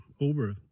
over